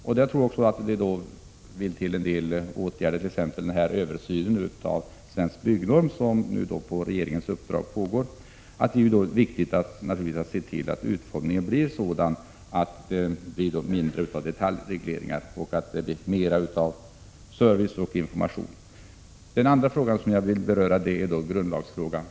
Här kommer åtgärder som t.ex. den översyn av Svensk byggnorm som på regeringens uppdrag pågår in i bilden. Det är viktigt att se till att byggnormen ges en sådan utformning att det blir mindre av detaljregleringar och mer av service och information. Den andra fråga som jag vill beröra är grundlagsfrågan.